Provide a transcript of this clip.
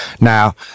Now